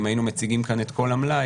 אם היינו מציגים כאן את כל המלאי,